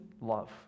love